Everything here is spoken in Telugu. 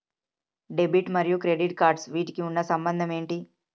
డెబిట్ మరియు క్రెడిట్ కార్డ్స్ వీటికి ఉన్న సంబంధం ఏంటి?